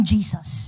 Jesus